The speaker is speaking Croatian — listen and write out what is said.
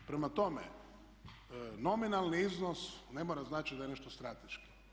Prema tome, nominalni iznos ne mora značiti da je nešto strateški.